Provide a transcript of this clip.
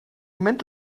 moment